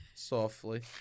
softly